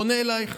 פונה אלייך.